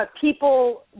people